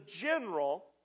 general